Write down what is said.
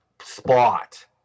spot